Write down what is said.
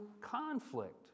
conflict